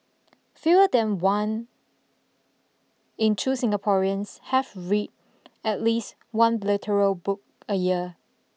fewer than one in two Singaporeans have read at least one literal book a year